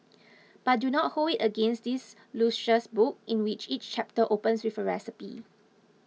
but do not hold it against this luscious book in which each chapter opens with a recipe